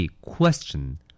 question